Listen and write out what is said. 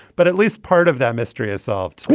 but at least part of that mystery is solved.